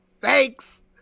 Thanks